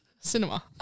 cinema